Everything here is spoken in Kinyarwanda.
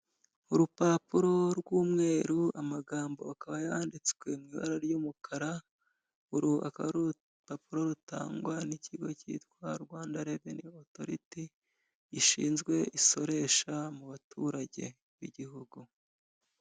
Urupapuro rw'umweru, amagambo akaba yanditswe mu ibara ry'umukara, uru akaba ari urupapuro rutangwa n'ikigo cyitwa rwanda reveni otoriti gishinzwe isoresha mu baturage b'igihugu.